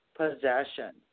possession